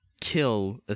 kill